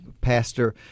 pastor